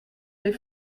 les